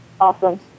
Awesome